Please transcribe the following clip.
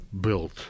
built